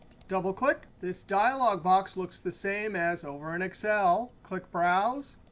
double-click. this dialog box looks the same as over in excel. click browse.